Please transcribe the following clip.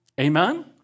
Amen